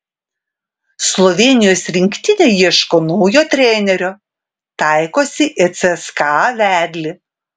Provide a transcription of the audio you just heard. slovėnijos rinktinė ieško naujo trenerio taikosi į cska vedlį